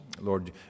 Lord